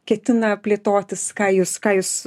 ketina plėtotis ką jūs ką jūs